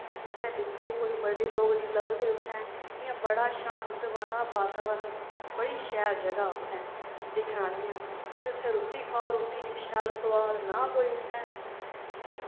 उत्थें दिक्खो कोई बड़े लोग नी लभदे उत्थैं इ'यां बड़ा शांत बड़ा बातावरण बड़ी शैल जगह् ऐ उत्थें दिक्खने आह्लियां फ्ही उत्थें रुट्टी खाओ रुट्टी इन्नी शैल सोआद ना कोई उत्थें